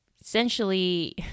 essentially